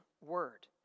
word